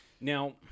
Now